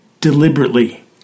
deliberately